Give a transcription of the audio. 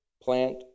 plant